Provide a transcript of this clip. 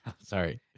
Sorry